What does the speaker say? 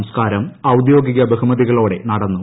സംസ്കാരം ഔദ്യോഗിക ബഹുമതികളോടെ നടന്നു